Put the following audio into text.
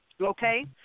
okay